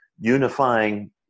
unifying